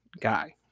guy